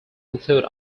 include